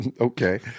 Okay